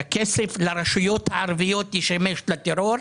שהכסף לרשויות הערביות ישמש לטרור,